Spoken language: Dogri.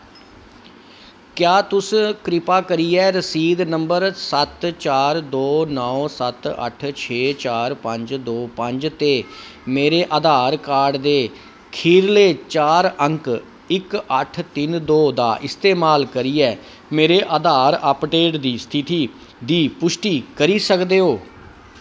क्या तुस कृपा करियै रसीद नंबर सत्त चार दो नौ सत्त अट्ठ छे चार पंज दो पंज ते मेरे आधार कार्ड दे खीरले चार अंक इक अट्ठ तिन दो दा इस्तेमाल करियै मेरे आधार अपडेट दी स्थिति दी पुश्टी करी सकदे ओ